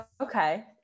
Okay